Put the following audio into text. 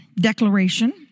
declaration